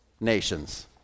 nations